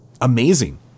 amazing